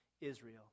Israel